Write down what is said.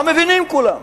מה מבינים כולם?